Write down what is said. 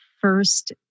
first